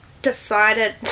decided